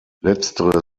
letztere